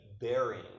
bearing